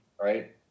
right